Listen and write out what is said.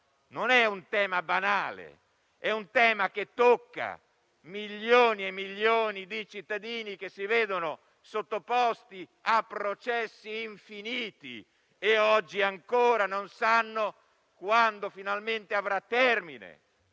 non è banale, ma tocca milioni di cittadini che si vedono sottoposti a processi infiniti e oggi ancora non sanno quando finalmente avrà termine